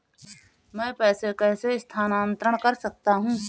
मैं पैसे कैसे स्थानांतरण कर सकता हूँ?